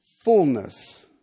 fullness